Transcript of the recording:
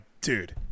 Dude